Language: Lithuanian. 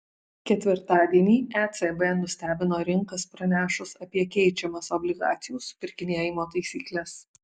ketvirtadienį ecb nustebino rinkas pranešus apie keičiamas obligacijų supirkinėjimo taisykles